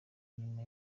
nyuma